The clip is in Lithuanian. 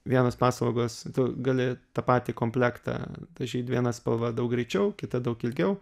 vienos paslaugos gali tą patį komplektą dažyt viena spalva daug greičiau kita daug ilgiau